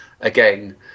again